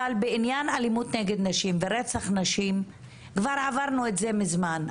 אבל בעניין אלימות נגד נשים ורצח נשים כבר עברנו את זה מזמן.